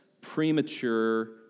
premature